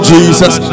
Jesus